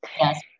Yes